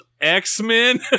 X-Men